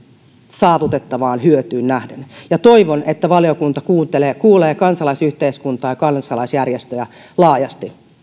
saavutettavaan hyötyyn nähden ja toivon että valiokunta työskennellessään kuulee kansalaisyhteiskuntaa ja kansalaisjärjestöjä laajasti